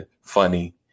funny